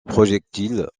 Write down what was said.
projectiles